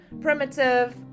primitive